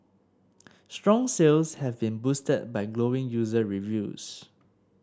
strong sales have been boosted by glowing user reviews